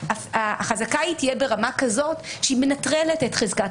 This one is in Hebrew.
שהחזקה תהיה ברמה כזאת שהיא מנטרלת את חזקת